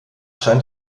scheint